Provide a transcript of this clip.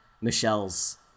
Michelle's